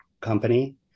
company